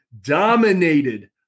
dominated